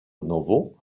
novo